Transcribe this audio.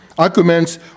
Arguments